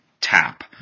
tap